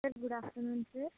sir good afternoon sir